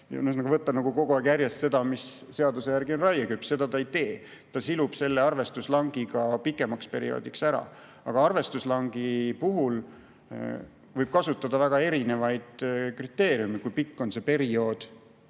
nagu kogu aeg järjest seda, mis seaduse järgi on raieküps. Seda ta ei tee. Ta silub selle arvestuslangi ka pikemaks perioodiks ära. Aga arvestuslangi puhul võib kasutada väga erinevaid kriteeriume. Kui pikk on see periood?